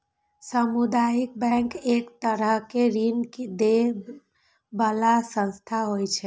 सामुदायिक बैंक एक तरहक ऋण दै बला संस्था होइ छै